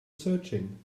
searching